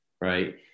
right